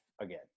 again